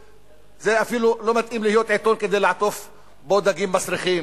זה אפילו לא מתאים להיות עיתון כדי לעטוף בו דגים מסריחים.